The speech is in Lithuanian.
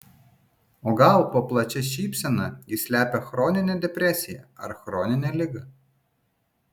o gal po plačia šypsena ji slepia chroninę depresiją ar chroninę ligą